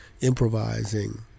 improvising